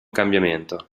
cambiamento